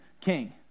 King